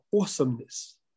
awesomeness